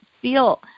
feel